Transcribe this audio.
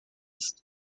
ist